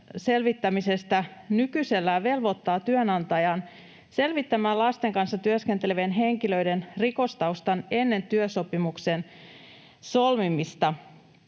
selvittämisestähän nykyisellään velvoittaa työnantajan selvittämään lasten kanssa työskentelevien henkilöiden rikostaustan ennen työsopimuksen solmimista